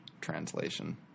translation